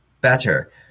better